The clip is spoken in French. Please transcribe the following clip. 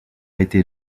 été